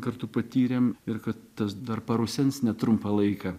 kartu patyrėm ir kad tas dar parusens netrumpą laiką